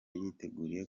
yiteguriye